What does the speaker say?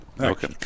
Okay